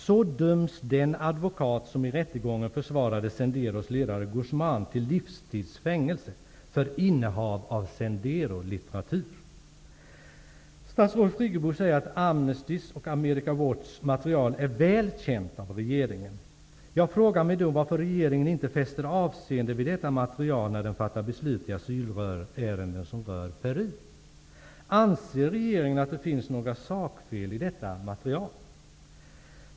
Så döms den advokat som i rättegången försvarade Senderos ledare Statsrådet Friggebo säger att Amnestys och America's Watchs material är väl känt av regeringen. Jag frågar mig då varför regeringen inte fäster avseende vid detta material när den fattar beslut i asylärenden som rör Peru. Anser regeringen att det finns några sakfel i detta material?